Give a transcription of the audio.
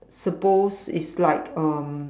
suppose is like um